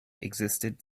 existed